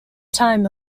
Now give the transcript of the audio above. time